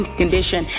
condition